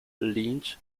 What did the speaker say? lynch